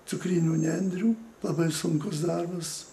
cukrinių nendrių labai sunkus darbas